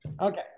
Okay